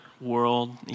world